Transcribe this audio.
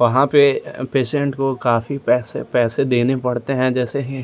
वहाँ पर पेसेन्ट को काफ़ी पैसे पैसे देने पड़ते हैं जैसे ही